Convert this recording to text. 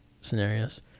scenarios